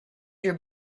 your